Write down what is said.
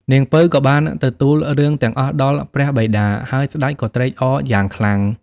នាងពៅ ក៏បានទៅទូលរឿងទាំងអស់ដល់ព្រះបិតា ហើយស្តេចក៏ត្រេកអរយ៉ាងខ្លាំង ។